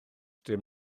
dim